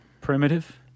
Primitive